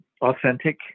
authentic